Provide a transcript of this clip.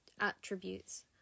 attributes